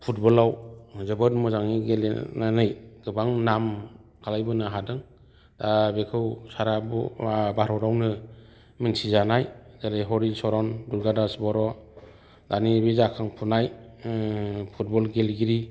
फुटबलाव जोबोद मोजांङै गेलेनानै गोबां नाम खालामबोनो हादों दा बेखौ सारा भारतावनो मिथिजानाय जेरै हलिचरन दुर्गादास बर दानि बे जाखांफुनाय फुटबल गेलेगिरि